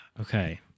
Okay